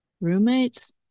roommates